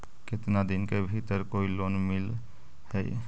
केतना दिन के भीतर कोइ लोन मिल हइ?